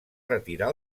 retirar